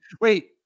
Wait